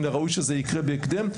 מן הראוי שזה ייקרה בהקדם,